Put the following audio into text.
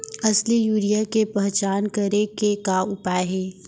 असली यूरिया के पहचान करे के का उपाय हे?